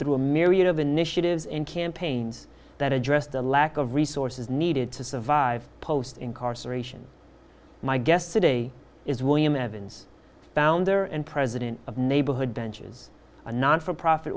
through a myriad of initiatives in campaigns that address the lack of resources needed to survive post incarceration my guest today is william evans founder and president of neighborhood benches a not for profit